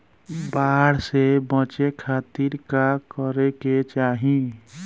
बाढ़ से बचे खातिर का करे के चाहीं?